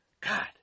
God